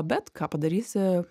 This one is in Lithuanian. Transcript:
bet ką padarysi